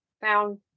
found